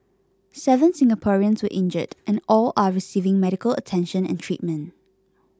seven Singaporeans were injured and all are receiving medical attention and treatment